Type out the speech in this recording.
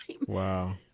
Wow